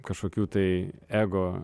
kažkokių tai ego